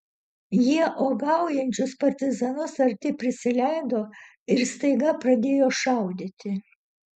jie uogaujančius partizanus arti prisileido ir staiga pradėjo šaudyti